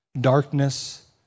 darkness